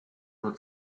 nur